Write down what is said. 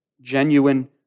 Genuine